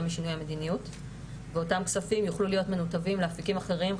משינוי המדיניות ואותם כספים יוכלו להיות מנותבים לאפיקים אחרים,